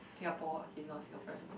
Singapore okay not Singaporean